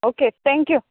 okay thank you